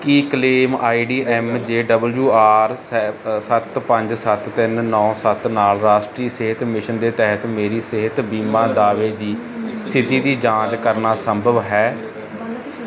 Ki claim I D M J W R ਸੈ ਸੱਤ ਪੰਜ ਸੱਤ ਤਿੰਨ ਨੌ ਸੱਤ ਨਾਲ ਰਾਸ਼ਟਰੀ ਸਿਹਤ ਮਿਸ਼ਨ ਦੇ ਤਹਿਤ ਮੇਰੇ ਸਿਹਤ ਬੀਮਾ ਦਾਅਵੇ ਦੀ ਸਥਿਤੀ ਦੀ ਜਾਂਚ ਕਰਨਾ ਸੰਭਵ ਹੈ